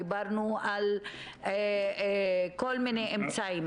דברנו על כל מיני אמצעים.